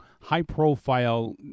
high-profile